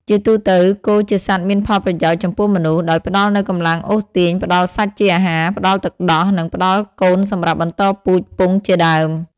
ជាទូទៅ គោជាសត្វមានផលប្រយោជន៍ចំពោះមនុស្ស ដោយផ្ដល់នូវកម្លាំងអូសទាញ ផ្ដល់សាច់ជាអាហារ ផ្ដល់ទឹកដោះ និងផ្ដល់កូនសំរាប់បន្តពូជពង្សជាដើម។